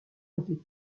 n’était